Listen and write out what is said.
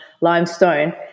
limestone